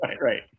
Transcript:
right